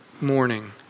morning